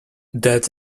that’s